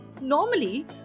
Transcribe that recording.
Normally